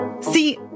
See